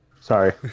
sorry